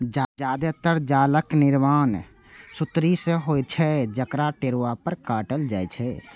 जादेतर जालक निर्माण सुतरी सं होइत छै, जकरा टेरुआ पर काटल जाइ छै